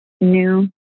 new